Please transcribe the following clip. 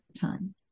time